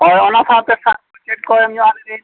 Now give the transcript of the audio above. ᱦᱳᱭ ᱚᱱᱟ ᱥᱟᱶᱛᱮ ᱥᱟᱨᱴᱤᱯᱷᱤᱠᱮᱴ ᱠᱚ ᱮᱢ ᱧᱚᱜ ᱟᱹᱞᱤᱧ ᱵᱤᱱ